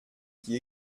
qui